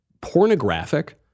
pornographic